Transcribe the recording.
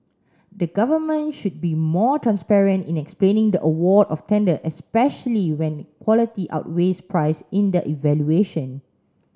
the government should be more transparent in explaining the award of tender especially when quality outweighs price in the evaluation